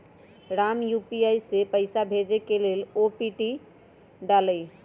Ram UPI से पइसा भेजे के लेल ओ.टी.पी डाललई